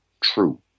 true